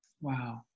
Wow